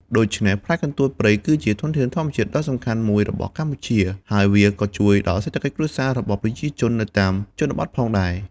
ដូច្នេះ ផ្លែកន្ទួតព្រៃគឺជាធនធានធម្មជាតិដ៏សំខាន់មួយរបស់កម្ពុជា ហើយវាក៏ជួយដល់សេដ្ឋកិច្ចគ្រួសាររបស់ប្រជាជននៅតាមជនបទផងដែរ។